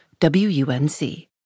WUNC